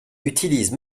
utilisent